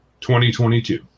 2022